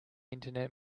internet